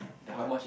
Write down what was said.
what